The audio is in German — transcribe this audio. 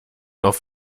auf